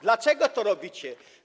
Dlaczego to robicie?